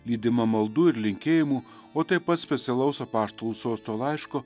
lydima maldų ir linkėjimų o taip pat specialaus apaštalų sosto laišku